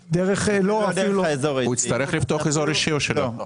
הוא יצטרך לפתוח אזור אישי או שלא?